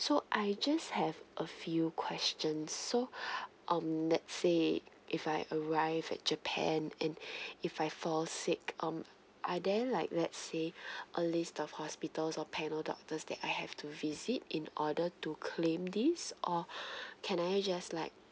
so I just have a few questions so on let's say if I arrived at japan and if I fall sick um are there like let's say a list of hospitals or panel doctors that I have to visit in order to claim this or can I just like